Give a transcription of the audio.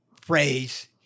phrase